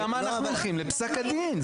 למה אנחנו הולכים לפסק הדין?